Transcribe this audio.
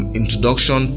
introduction